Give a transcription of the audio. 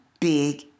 Big